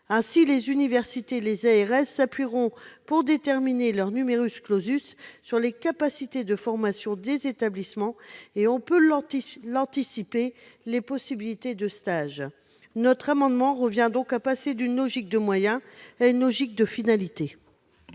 Ainsi, les universités et les ARS s'appuieront, pour déterminer leur, sur les capacités de formation des établissements et, on peut l'anticiper, les possibilités de stage. Notre amendement revient en fait à passer d'une logique de moyens à une logique de finalité.